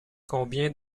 combien